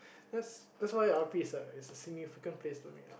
that's that's why R_P is a is a significant place to me lah